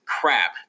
crap